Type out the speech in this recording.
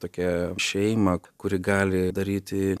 tokią šeimą kuri gali daryti